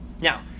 Now